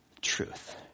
truth